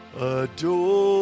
Adore